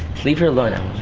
leave her alone, ah